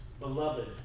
beloved